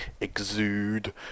exude